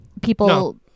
people